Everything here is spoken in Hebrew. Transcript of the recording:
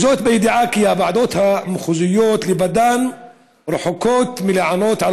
בידיעה שהוועדות המחוזיות לבדן רחוקות מלענות על